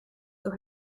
door